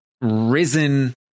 risen